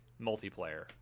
multiplayer